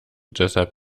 deshalb